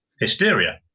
Hysteria